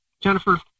Jennifer